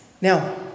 Now